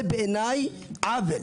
זה בעיניי עוול,